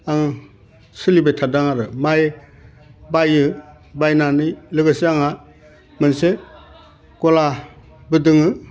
आं सोलिबाय थादों आरो माय बाइयो बायनानै लोगोसे आंहा मोनसे गला बो दोङो